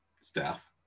staff